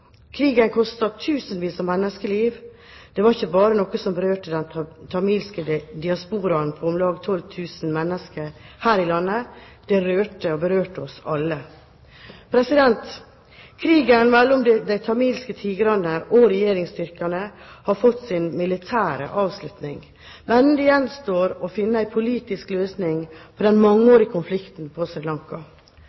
Krigen kostet tusenvis av menneskeliv. Det var ikke bare noe som berørte den tamilske diasporaen på om lag 12 000 mennesker her i landet. Det rørte og berørte oss alle. Krigen mellom de tamilske tigrene og regjeringsstyrkene har fått sin militære avslutning. Men det gjenstår å finne en politisk løsning på den